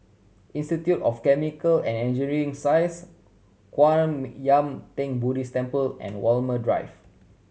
Institute of Chemical and Engineering Science Kwan Yam Theng Buddhist Temple and Walmer Drive